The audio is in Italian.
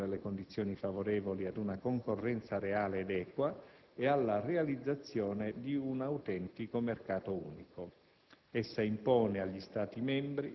La direttiva mira al rafforzamento delle condizioni favorevoli ad una concorrenza leale ed equa ed alla realizzazione di un autentico mercato unico.